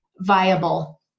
viable